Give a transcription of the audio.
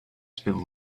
speed